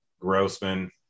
Grossman